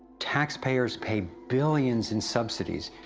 taxpayers pay billions in subsidies,